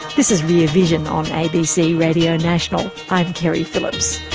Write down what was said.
this is rear vision on abc radio national i'm keri phillips.